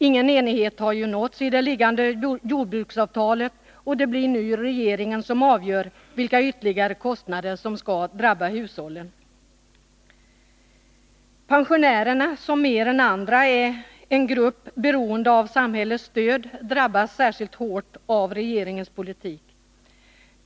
Ingen enighet har nåtts om jordbruksavtalet, och det blir nu regeringen som avgör vilka ytterligare kostnader som skall drabba hushållen. Pensionärerna, som mer än andra grupper är beroende av samhällets stöd, drabbas särskilt hårt av regeringens politik.